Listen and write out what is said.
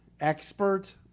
expert